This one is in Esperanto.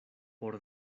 por